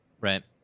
right